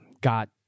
got